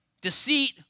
deceit